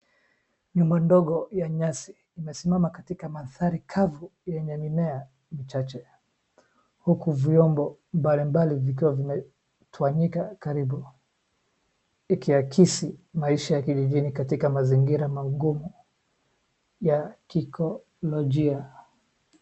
Nyumba ndogo ya nyasi imesimama katika mandhari kavu yenye mimea michache huku vyombo mbalimbali vikiwa vimetawanyika karibu. Ikiakisi maisha ya kijijini katika ni kama mazingira maguyuu